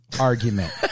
argument